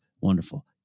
wonderful